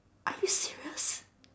are you serious